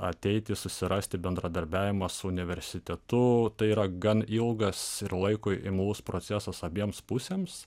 ateiti susirasti bendradarbiavimą su universitetu tai yra gan ilgas ir laikui imlus procesas abiems pusėms